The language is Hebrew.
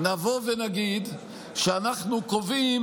נבוא ונגיד שאנחנו קובעים